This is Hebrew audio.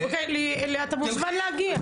אתה מוזמן להגיע.